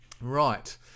Right